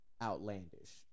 outlandish